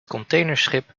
containerschip